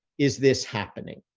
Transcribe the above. is this happening.